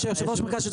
נסגור בשנייה ושלישית.